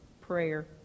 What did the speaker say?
prayer